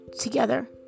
together